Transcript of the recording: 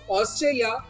Australia